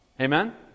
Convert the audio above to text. Amen